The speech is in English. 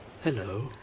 Hello